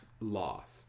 lost